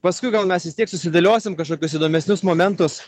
paskui gal mes vis tiek susidėliosim kažkokius įdomesnius momentus